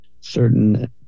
certain